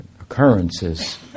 occurrences